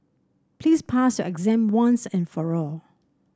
please pass your exam once and for all